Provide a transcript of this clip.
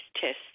tests